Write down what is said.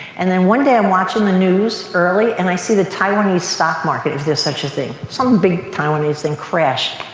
and then one day i'm watching the news early and i see the taiwanese stock market, if there's such a thing, some big taiwanese thing crashed.